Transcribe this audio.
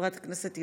(הוראות לעניין פריסת רשת מתקדמת),